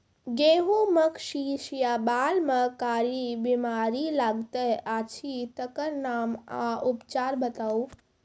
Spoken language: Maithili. गेहूँमक शीश या बाल म कारी बीमारी लागतै अछि तकर नाम आ उपचार बताउ?